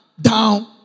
down